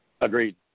Agreed